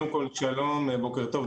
שלום בוקר טוב,